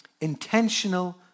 Intentional